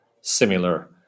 similar